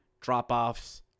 drop-offs